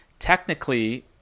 technically